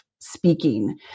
speaking